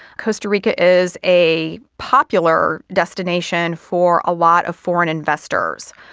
costa rica is a popular destination for a lot of foreign investors.